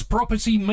Property